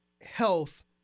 health